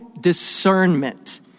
discernment